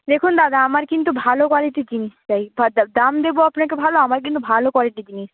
দেখুন দাদা আমার কিন্তু ভালো কোয়ালিটির জিনিস চাই দাম দেবো আপনাকে ভালো আমার কিন্তু ভালো কোয়ালিটির জিনিস